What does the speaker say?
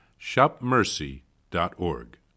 shopmercy.org